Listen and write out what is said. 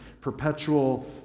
perpetual